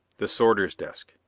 the sorter's desk.